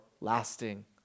lasting